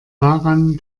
daran